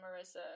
Marissa